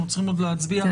אנחנו צריכים עוד להצביע.